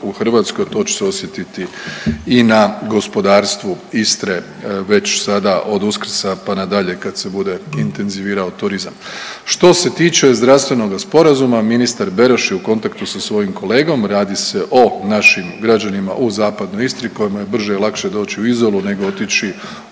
u Hrvatsku, a to će se osjetiti i na gospodarstvu Istre već sada od Uskrsa pa nadalje kad se bude intenzivirao turizam. Što se tiče zdravstvenoga sporazuma ministar Beroš je u kontaktu sa svojim kolegom. Radi se o našim građanima u zapadnoj Istri kojima je brže i lakše doći u Izolu nego otići